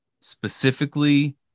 specifically